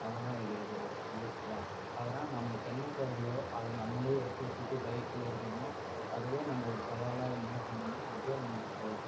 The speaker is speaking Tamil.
அதெல்லாம் இது இது வேஸ்ட் தான் அதனால் நம்மளுக்கு என்ன தேவையோ அதை நம்மளே எடுத்து வச்சிக்கிட்டு பைக்கில் இருந்தோம்னா அதில் நம்ம ஒரு சவாலை மேற்கொண்டோம்னா அதுவே நம்மளுக்கு போதும்